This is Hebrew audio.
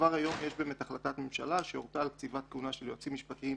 וכבר היום יש החלטת ממשלה שהורתה על קציבת כהונה של יועצים משפטיים